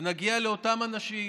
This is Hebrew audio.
ונגיע לאותם אנשים,